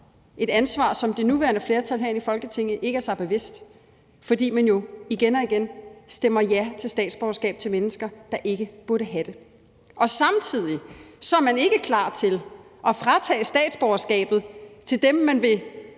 et ansvar, som det nuværende flertal herinde i Folketinget ikke er sig bevidst, for man stemmer jo igen og igen ja til statsborgerskab til mennesker, der ikke burde have det. Samtidig er man ikke klar til at tage statsborgerskabet fra dem, man –